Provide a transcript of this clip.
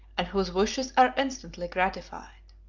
and whose wishes are instantly gratified.